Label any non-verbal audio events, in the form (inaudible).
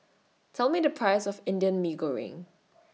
Tell Me The Price of Indian Mee Goreng (noise)